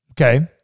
Okay